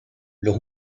los